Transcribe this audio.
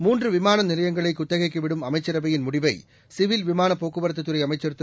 மூன்று விமான நிலையங்களை குத்தகைக்கு விடும் அமைச்சரவையின் முடிவை சிவில் விமான போக்குவரத்துறை அமைச்சர் திரு